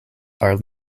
are